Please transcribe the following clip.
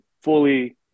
fully